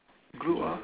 group ah